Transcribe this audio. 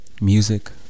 music